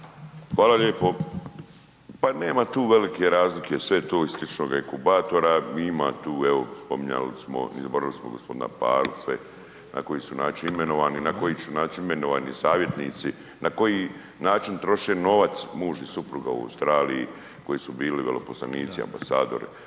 Hvala lijepo. Pa nema tu velike razlike, sve je to sličnoga inkubatora, ima tu, evo spominjali smo i .../Govornik se ne razumije./... na koji su način imenovani i na koji su način imenovani savjetnici, na koji način troše novac muž i supruga u Australiji koji su bili veleposlanici, ambasadori.